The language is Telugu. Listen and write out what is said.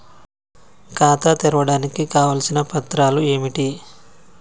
ఖాతా తెరవడానికి కావలసిన పత్రాలు ఏమిటి?